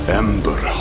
ember